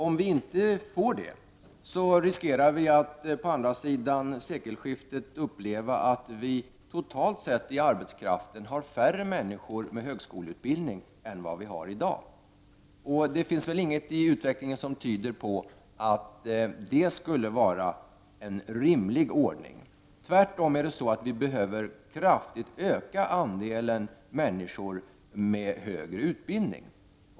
Om vi inte får det, riskerar vi att på andra sidan sekelskiftet få uppleva att vi totalt sett i arbetskraften har färre människor med högskoleutbildning än vad vi har i dag. Det finns väl ingenting i utvecklingen som tyder på att det skulle vara en rimlig ordning. Tvärtom behöver vi kraftigt öka andelen människor med högre utbildning.